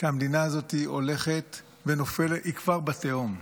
שהמדינה הזאת הולכת ונופלת, היא כבר בתהום,